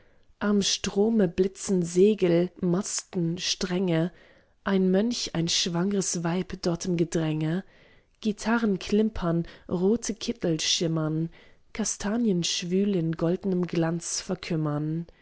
am strome blitzen segel masten stränge ein mönch ein schwangres weib dort im gedränge guitarren klimpern rote kittel schimmern kastanien schwül in goldnem glanz verkümmern